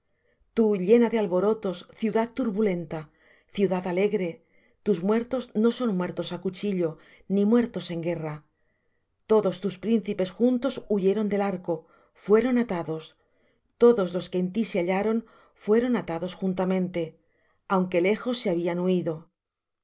tú llena de alborotos ciudad turbulenta ciudad alegre tus muertos no son muertos á cuchillo ni muertos en guerra todos tus príncipes juntos huyeron del arco fueron atados todos los que en ti se hallaron fueron atados juntamente aunque lejos se habían huído